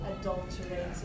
adulterated